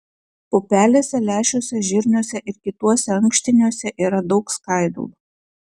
pupelėse lęšiuose žirniuose ir kituose ankštiniuose yra daug skaidulų